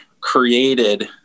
created